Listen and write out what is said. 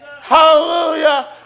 Hallelujah